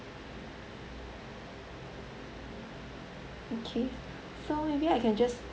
okay so maybe I can just